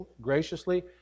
graciously